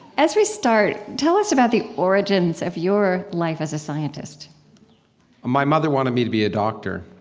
as we start, tell us about the origins of your life as a scientist my mother wanted me to be a doctor